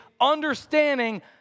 understanding